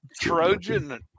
Trojan